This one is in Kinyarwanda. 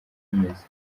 bimeze